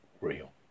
real